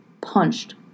punched